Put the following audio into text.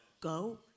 go